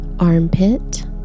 armpit